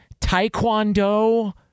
taekwondo